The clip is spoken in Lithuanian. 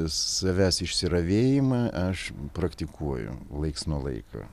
savęs išsiravėjimą aš praktikuoju laiks nuo laiko